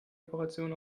operation